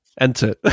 enter